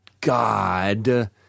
God